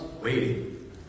waiting